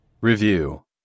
Review